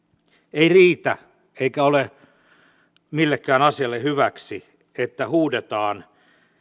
ei riitä eikä ole millekään asialle hyväksi että huudetaan